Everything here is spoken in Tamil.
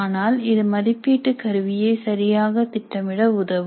ஆனால் இது மதிப்பீட்டு கருவியை சரியாக திட்டமிட உதவும்